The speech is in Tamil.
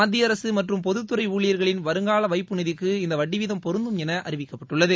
மத்தியஅரசு மற்றும் பொதுத்துறை ஊழியர்களின் வருங்கூல வைப்பு நிதிக்கு இந்த வட்டி வீதம் பொருந்தும் என அறிவிக்கப்பட்டுள்ளது